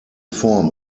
form